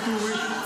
ואטורי,